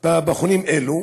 בפחונים אלו,